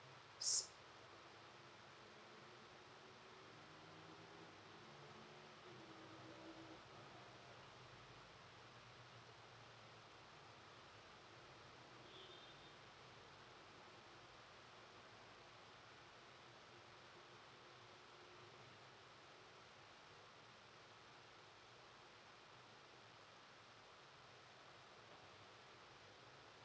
s~